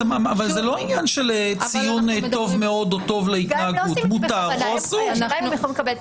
נוכל להתייחס אליהם עכשיו, אם אתה רוצה.